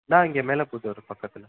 நான் இங்கே மேலே புதூர் பக்கத்தில்